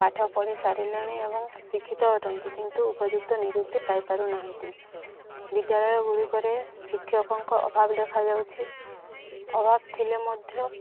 ପାଠ ପଢ଼ି ସାରିଲେଣି ଏବଂ ଶିକ୍ଷିତ ଅଟନ୍ତି କିନ୍ତୁ ଉପଯୁକ୍ତ ନିଯୁକ୍ତି ପାଇପାରୁନାହାନ୍ତି ବିଦ୍ୟାଳୟଗୁଡ଼ିକରେ ଶିକ୍ଷକଙ୍କ ଅଭାବ ଦେଖାଯାଉଛି ଅଭାବ ଥିଲେ ମଧ୍ୟ